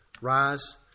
Rise